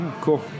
Cool